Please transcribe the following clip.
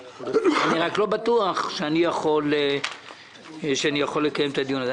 אני רק לא בטוח שאני יכול לקיים את הדיון הזה.